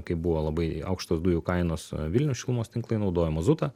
kai buvo labai aukštos dujų kainos vilniaus šilumos tinklai naudojo mazutą